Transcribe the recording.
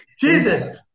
Jesus